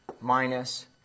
Minus